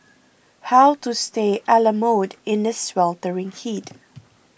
how to stay a La mode in the sweltering heat